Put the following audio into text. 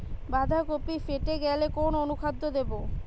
বাঁধাকপি ফেটে গেলে কোন অনুখাদ্য দেবো?